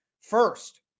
First